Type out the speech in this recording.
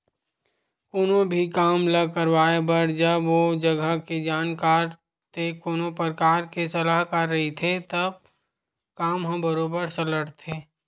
कोनो भी काम ल करवाए बर जब ओ जघा के जानकार ते कोनो परकार के सलाहकार रहिथे तब काम ह बरोबर सलटथे